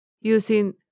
using